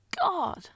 God